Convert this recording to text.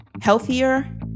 healthier